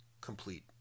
complete